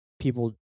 people